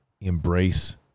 Embrace